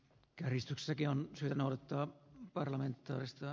käristyksenkin on syytä noudattaa parlamenttoista